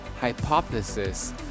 hypothesis